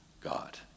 God